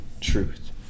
truth